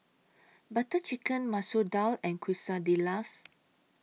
Butter Chicken Masoor Dal and Quesadillas